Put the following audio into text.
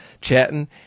chatting